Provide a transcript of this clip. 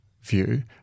view